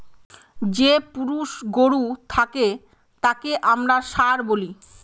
যে পুরুষ গরু থাকে তাকে আমরা ষাঁড় বলি